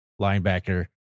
linebacker